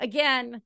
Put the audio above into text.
Again